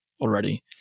already